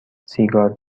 سیگار